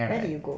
where did you go